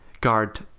guard